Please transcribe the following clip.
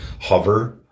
hover